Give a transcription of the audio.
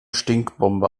stinkbombe